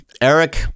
Eric